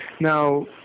Now